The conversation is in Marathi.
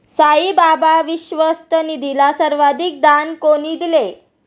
साईबाबा विश्वस्त निधीला सर्वाधिक दान कोणी दिले?